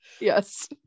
Yes